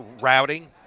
routing